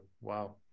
Wow